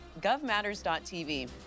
govmatters.tv